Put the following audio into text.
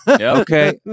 Okay